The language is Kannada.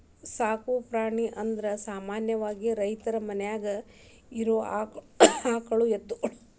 ಸಾಕು ಪ್ರಾಣಿ ಅಂದರ ಸಾಮಾನ್ಯವಾಗಿ ರೈತರ ಮನ್ಯಾಗ ಇರು ಆಕಳ ಎತ್ತುಗಳು